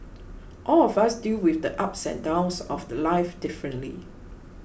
all of us deal with the ups and downs of the Life differently